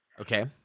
Okay